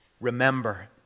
remember